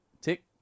tick